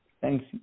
Thanks